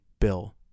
bill